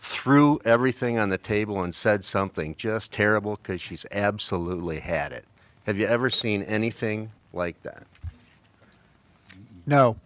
threw everything on the table and said something just terrible case she's absolutely had it have you ever seen anything like that no